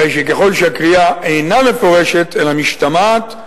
הרי שככל שהקריאה אינה מפורשת אלא משתמעת,